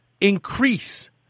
increase